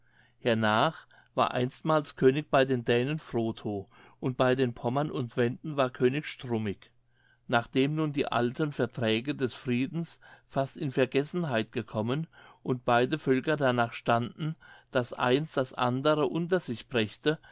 hernach war einstmals könig bei den dänen frotho und bei den pommern und wenden war könig strumik nachdem nun die alten verträge des friedens fast in vergessenheit gekommen und beide völker danach standen daß eins das andere unter sich brächte